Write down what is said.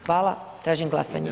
Hvala, tražim glasanje.